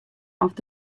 oft